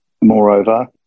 moreover